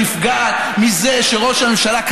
נפגעת מזה שראש הממשלה,